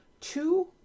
Two